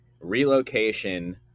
relocation